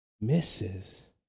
misses